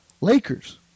Lakers